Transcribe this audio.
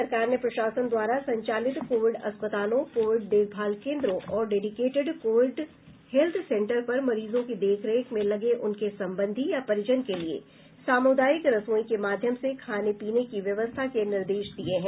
सरकार ने प्रशासन द्वारा संचालित कोविड अस्पतालों कोविड देखभाल केन्द्रों और डेडिकेटेड कोविड हेल्थ सेंटर पर मरीजों की देखरेख में लगे उनके संबंधी या परिजन के लिये सामुदायिक रसोई के माध्यम से खाने पीने की व्यवस्था करने के निर्देश दिये हैं